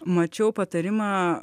mačiau patarimą